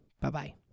Bye-bye